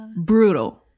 brutal